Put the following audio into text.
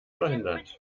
verhindert